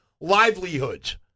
livelihoods